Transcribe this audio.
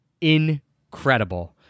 incredible